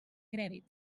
crèdit